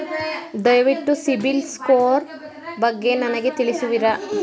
ದಯವಿಟ್ಟು CIBIL score ಬಗ್ಗೆ ನನಗೆ ತಿಳಿಸುವಿರಾ?